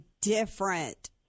different